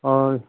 اور